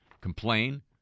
complain